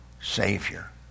savior